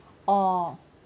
orh